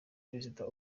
perezida